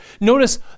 Notice